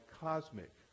cosmic